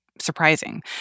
surprising